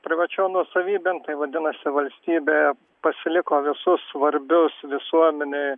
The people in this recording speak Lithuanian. privačion nuosavybėn tai vadinasi valstybė pasiliko visus svarbius visuomenei